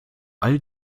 all